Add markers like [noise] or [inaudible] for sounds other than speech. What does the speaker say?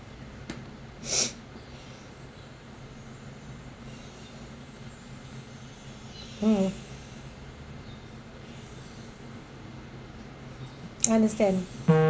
[breath] mm understand